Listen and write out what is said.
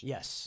Yes